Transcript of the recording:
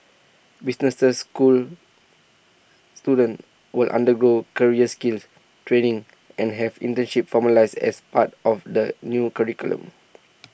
businesses school students will undergo career skins training and have internships formalised as part of the new curriculum